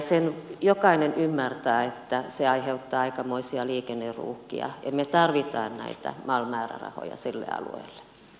sen jokainen ymmärtää että se aiheuttaa aikamoisia liikenneruuhkia ja me tarvitsemme näitä mal määrärahoja sille alueelle